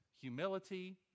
humility